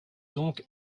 donc